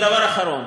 דבר אחרון.